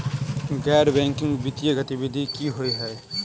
गैर बैंकिंग वित्तीय गतिविधि की होइ है?